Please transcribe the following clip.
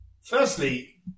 firstly